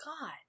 God